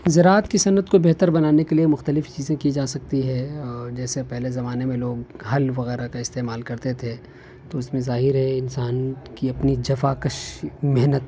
ذراعت کی صنعت کو بہتر بنانے کے لیے مختلف چیزیں کی جا سکتی ہیں جیسے پہلے زمانے میں لوگ ہل وغیرہ کا استعمال کرتے تھے تو اس میں ظاہر ہے انسان کی اپنی جفا کش محنت